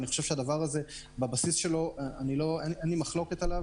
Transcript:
ואין בזה שום מחלוקת.